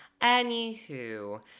Anywho